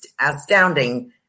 astounding